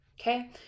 Okay